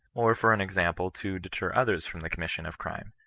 or for an example to deter others from the commission of crime.